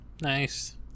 Nice